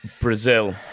Brazil